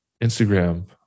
Instagram